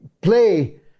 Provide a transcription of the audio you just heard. play